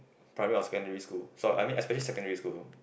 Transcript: primary or secondary school sorry especially secondary school